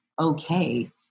okay